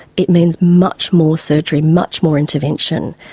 it means much more surgery, much more intervention,